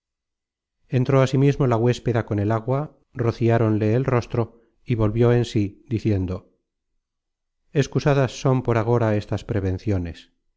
entró asimismo la huéspeda con el agua rociáronle el rostro y volvió en sí diciendo excusadas son por agora estas prevenciones